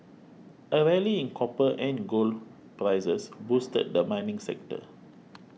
a rally in copper and gold prices boosted the mining sector